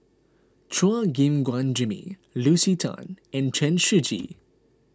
Chua Gim Guan Jimmy Lucy Tan and Chen Shiji